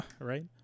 right